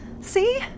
See